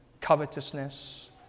covetousness